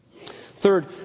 Third